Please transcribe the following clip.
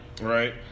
Right